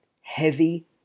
heavy